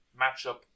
matchup